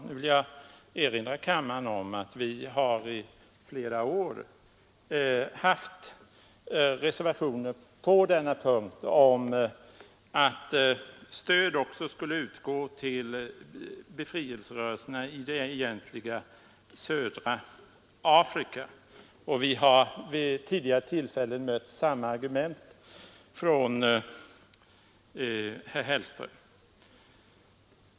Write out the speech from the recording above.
Jag vill erinra kammaren om att vi i flera år har haft reservationer på denna punkt, med krav på att stöd skulle utgå också till befrielserörelserna i det egentliga södra Afrika och att vi vid tidigare tillfällen har mött samma argument från herr Hellström som nu.